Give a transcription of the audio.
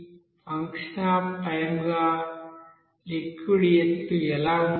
function of time గా liquid ఎత్తు ఎలా ఉండాలి